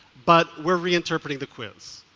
but we're reinterpreting the quiz.